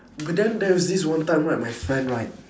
but then there is this one time right my friend right